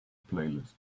playlist